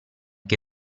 che